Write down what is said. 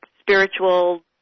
spiritual